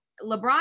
LeBron